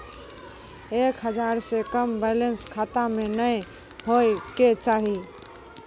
एक हजार से कम बैलेंस खाता मे नैय होय के चाही